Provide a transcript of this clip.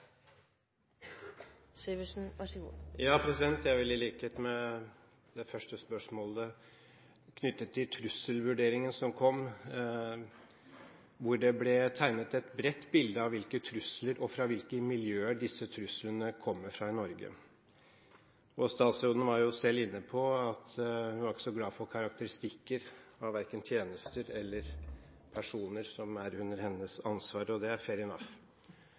knyttet til trusselvurderingen som kom, hvor det ble tegnet et bredt bilde av hvilke trusler det er snakk om, og fra hvilke miljøer disse truslene kommer i Norge. Statsråden var selv inne på at hun ikke var så glad for karakteristikker av verken tjenester eller personer som er under hennes ansvar, og det er